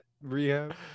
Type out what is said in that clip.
rehab